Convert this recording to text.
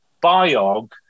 biog